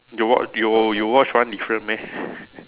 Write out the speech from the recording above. you watched you you watched one different meh